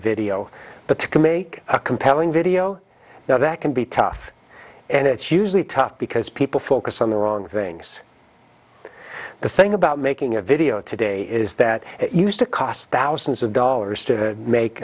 video but to can make a compelling video now that can be tough and it's usually tough because people focus on the wrong things the thing about making a video today is that it used to cost thousands of dollars to make